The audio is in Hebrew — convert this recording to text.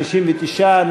59,